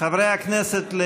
חברי הכנסת,